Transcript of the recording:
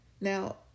Now